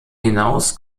hinaus